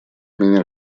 меня